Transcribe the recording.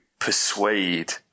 Persuade